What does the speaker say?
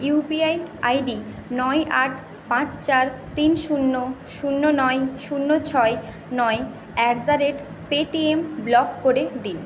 UPI ID নয় আট পাঁচ চার তিন শূন্য শূন্য নয় শূন্য ছয় নয় at the rate Paytm block করে দিন